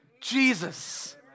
Jesus